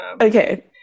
Okay